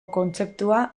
kontzeptua